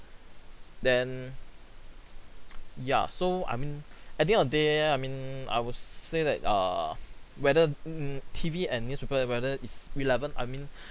then ya so I mean at the end of the day I mean I would say that uh whether mm T_V and newspaper whether is relevant I mean